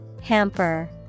Hamper